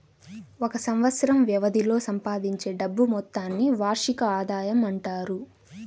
ఒక సంవత్సరం వ్యవధిలో సంపాదించే డబ్బు మొత్తాన్ని వార్షిక ఆదాయం అంటారు